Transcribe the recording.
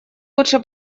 лучше